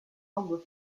anglo